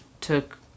took